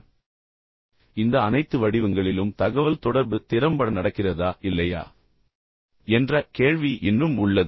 ஆனால் இந்த அனைத்து வடிவங்களிலும் தகவல்தொடர்பு திறம்பட நடக்கிறதா இல்லையா என்ற கேள்வி இன்னும் உள்ளது